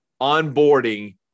onboarding